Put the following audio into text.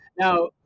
Now